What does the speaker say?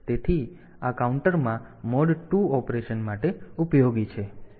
તેથી આ કાઉન્ટરમાં મોડ 2 ઓપરેશન માટે ઉપયોગી છે